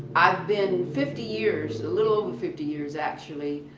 i'v been fifty years, a little over fifty years actually,